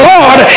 Lord